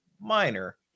minor